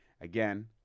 Again